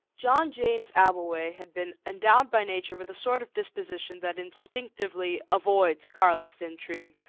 john james abbleway had been endowed by nature with the sort of disposition that instinctively avoids carlist intrigues,